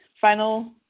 final